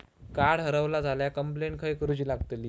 Card हरवला झाल्या complaint खय करूची लागतली?